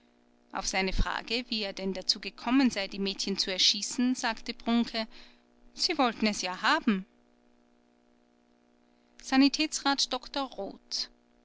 auf seine frage wie er denn dazu gekommen sei die mädchen zu erschießen sagte brunke sie wollten es ja haben sanitätsrat dr roth